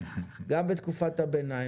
גם בתקופת הביניים,